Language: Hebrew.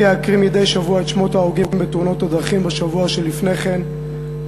שלפיה אקריא מדי שבוע את שמות ההרוגים בתאונות הדרכים בשבוע שלפני כן,